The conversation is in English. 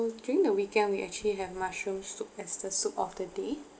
during the weekend we actually have mushroom soup as the soup of the day